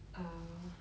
err